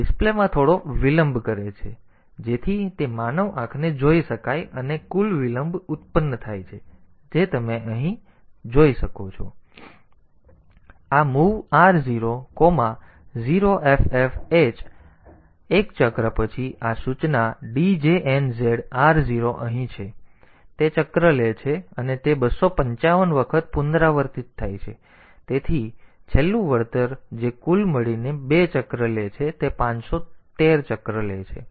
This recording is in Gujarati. તેથી આ ડિસ્પ્લેમાં થોડો વિલંબ કરે છે જેથી તે માનવ આંખને જોઈ શકાય અને કુલ વિલંબ જે ઉત્પન્ન થાય છે તે તમે શોધી શકો છો આ mov r0 0ffh આ સંદર્ભ સમય 1341 એક ચક્ર પછી આ સૂચના djnz r 0 અહીં છે તેથી તે ચક્ર લે છે અને તે 255 વખત પુનરાવર્તિત થાય છે અને તેથી વત્તા છેલ્લું વળતર જે કુલ મળીને બે ચક્ર લે છે તે 513 ચક્ર લે છે